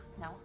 No